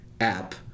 app